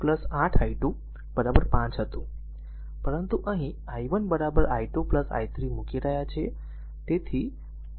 તેથી 2 i1 8 i2 5 હતું પરંતુ અહીં i1 i2 i3 મૂકી રહ્યા છીએ